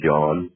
John